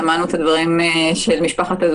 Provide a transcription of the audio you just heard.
שמענו את הדברים של משפחת א’,